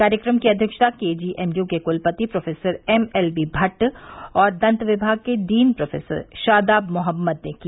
कार्यक्रम की अध्यक्षता केजीएमयू के कुलपति प्रोफेसर एमएलबी भट्ट और दंत विभाग के डीन प्रोफेसर शादाब मोहम्मद ने की